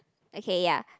okay ya